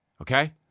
Okay